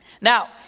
Now